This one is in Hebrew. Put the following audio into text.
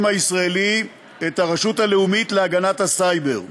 הישראלי את הרשות הלאומית להגנת הסייבר.